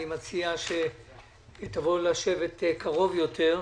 אני מציע שתבוא לשבת קרוב יותר.